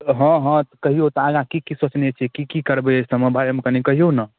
हँ हँ कहिऔ तऽ आगाँ कि कि सोचने छिए कि कि करबै एहिसब बारेमे कनि कहिऔ ने